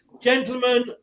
gentlemen